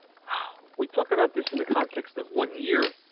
we talk about this in the context of one year.